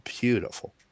beautiful